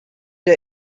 der